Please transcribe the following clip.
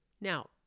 Now